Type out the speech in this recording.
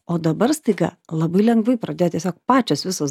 o dabar staiga labai lengvai pradėjo tiesiog pačios visos